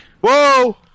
Whoa